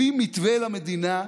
הביא מתווה למדינה,